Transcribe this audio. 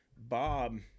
Bob